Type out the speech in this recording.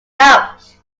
out